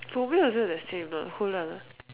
for me also the same you know hold on ah